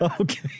Okay